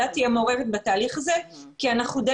בחלק מהעסקים, ואתם שמים